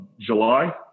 July